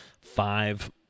five